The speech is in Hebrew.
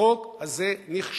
החוק הזה נכשל,